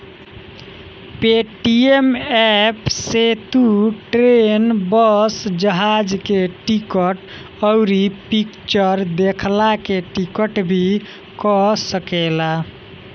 Paytm app से तू train, bus, जहाज के टिकट, अउरी फिक्चर देखला के टिकट भी कअ सकेला